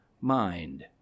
mind